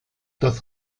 das